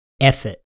Effort